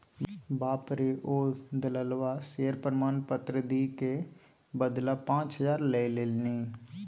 बाप रौ ओ दललबा शेयर प्रमाण पत्र दिअ क बदला पाच हजार लए लेलनि